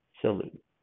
Salute